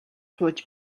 сууж